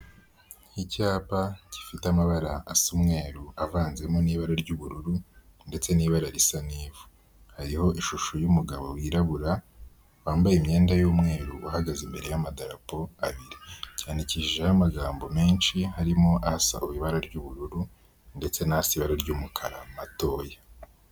Icyapa gifite amabara asa umweru avanzemo n'ibara ry'ubururu ndetse n'ibara risa n'vu, hariho ishusho y'umugabo wirabura wambaye imyenda y'umweru uhagaze imbere y'amadarapo abiri, cyandikishijeho amagambo menshi harimo asa ibara ry'ubururu ndetse n'asa ibara ry'umukara matoya.